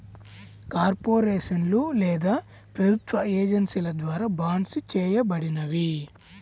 కార్పొరేషన్లు లేదా ప్రభుత్వ ఏజెన్సీల ద్వారా బాండ్సిస్ చేయబడినవి